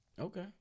Okay